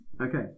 okay